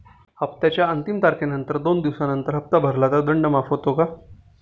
हप्त्याच्या अंतिम तारखेनंतर दोन दिवसानंतर हप्ता भरला तर दंड माफ होतो का?